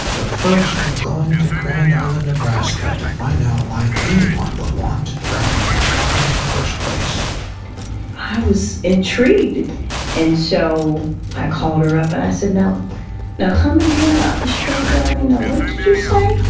but first, we're going to grand island nebraska to find out why anyone would but want to drive a truck in the first place i was intrigued and so i called her up and i said, now now come again about this truck driving. now, what did you say?